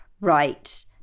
right